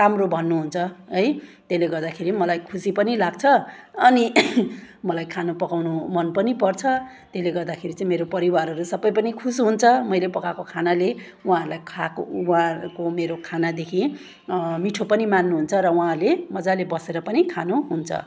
राम्रो भन्नुहुन्छ है त्यसले गर्दाखेरि मलाई खुसी पनि लाग्छ अनि मलाई खाना पकाउनु मन पनि पर्छ त्यसले गर्दाखेरि चाहिँ मेरो परिवारहरू सबै पनि खुस हुन्छ मैले पकाएको खानाले उहाँहरूलाई खाएको उहाँहरूको मेरो खानादेखि मिठो पनि मान्नुहुन्छ र उहाँहरूले मजाले बसेर पनि खानुहुन्छ